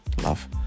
Love